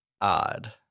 odd